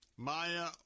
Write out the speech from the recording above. Maya